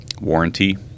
warranty